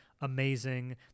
amazing